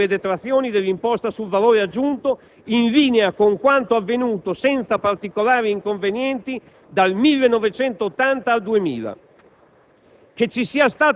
al regime generale delle detrazioni dell'imposta sul valore aggiunto, in linea con quanto avvenuto, senza particolari inconvenienti, dal 1980 al 2000.